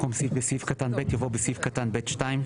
במקום 'בסעיף קטן (ב)' יבוא 'בסעיף קטן (ב2)'.